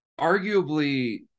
arguably